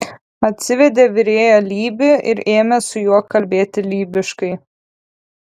atsivedė virėją lybį ir ėmė su juo kalbėti lybiškai